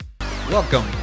Welcome